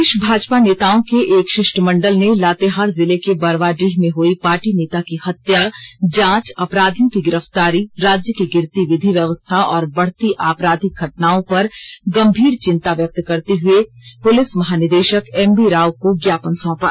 प्रदेष भाजपा नेताओं के एक षिष्टमंडल ने लातेहार जिले के बरवाडीह में हुई पार्टी नेता की हत्या जांच अपराधियों की गिरफ्तारी राज्य की गिरती विधि व्यवस्था और बढती आपराधिक घटनाओं पर गंभीर चिंता व्यक्त करते हुए पुलिस महानिदेषक एमवी राव को ज्ञापन सौंपा